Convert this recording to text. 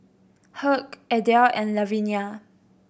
Hugh Adele and Lavinia